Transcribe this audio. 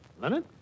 Leonard